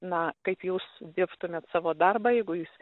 na kaip jūs dirbtumėt savo darbą jeigu jūs